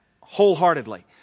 wholeheartedly